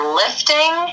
lifting